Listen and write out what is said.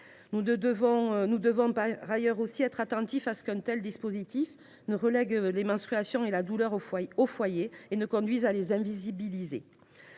Nous devons par ailleurs être attentifs à ce qu’un tel dispositif ne relègue pas les menstruations et la douleur au foyer : il ne doit pas contribuer à les invisibiliser.